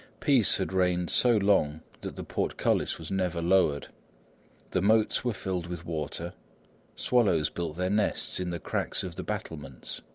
peace had reigned so long that the portcullis was never lowered the moats were filled with water swallows built their nests in the cracks of the battlements,